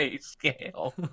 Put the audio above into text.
scale